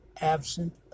absent